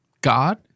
God